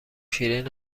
شیرین